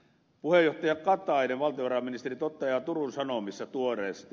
puheenjohtaja katainen valtiovarainministeri toteaa turun sanomissa tuoreesti